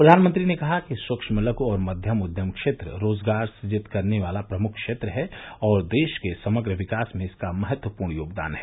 प्रधानमंत्री ने कहा कि सूक्ष्म लघ् और मध्यम उद्यम क्षेत्र रोजगार सुजित करने वाला प्रमुख क्षेत्र है और देश के समग्र विकास में इसका महत्वपूर्ण योगदान है